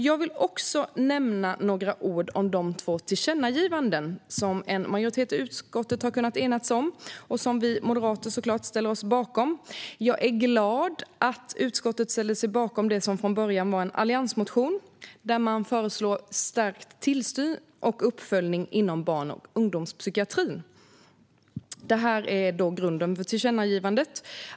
Jag vill säga några ord om de två tillkännagivanden som en majoritet i utskottet har kunnat enas om och som vi moderater ställer oss bakom. Jag är glad att utskottet ställer sig bakom det som från början var en alliansmotion, där stärkt tillsyn och uppföljning inom barn och ungdomspsykiatrin föreslogs. Detta är grunden till det första tillkännagivandet.